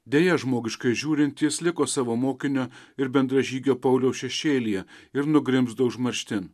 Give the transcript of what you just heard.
deja žmogiškai žiūrint jis liko savo mokinio ir bendražygio pauliaus šešėlyje ir nugrimzdo užmarštin